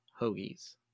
hoagies